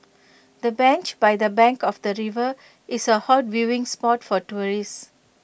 the bench by the bank of the river is A hot viewing spot for tourists